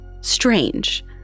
strange